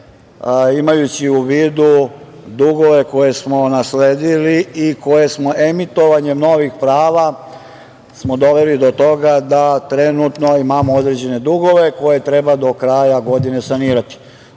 imajući u vidu dugove koje smo nasledili i koje smo emitovanjem novih prava doveli do toga da trenutno imamo određene dugove koje treba do kraja godine sanirati. Otuda